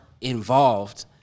involved